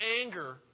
anger